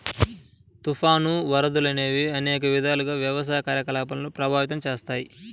తుఫాను, వరదలు అనేవి అనేక విధాలుగా వ్యవసాయ కార్యకలాపాలను ప్రభావితం చేస్తాయి